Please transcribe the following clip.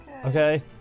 Okay